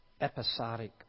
episodic